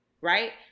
right